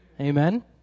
Amen